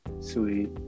sweet